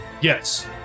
Yes